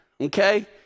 okay